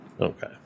okay